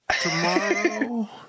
tomorrow